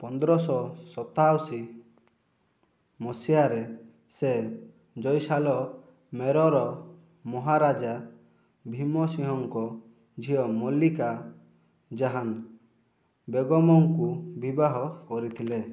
ପନ୍ଦରଶହ ସତାଅଶୀ ମସିହାରେ ସେ ଜୈସାଲମେରର ମହାରାଜା ଭୀମ ସିଂହଙ୍କ ଝିଅ ମଲିକା ଜାହାନ ବେଗମଙ୍କୁ ବିବାହ କରିଥିଲେ